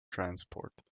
transport